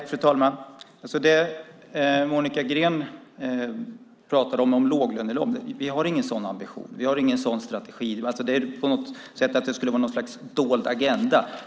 Fru talman! Monica Green pratar om låglönejobb. Vi har ingen sådan ambition, ingen sådan strategi. Det verkar som att det skulle finnas något slags dold agenda.